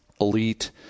elite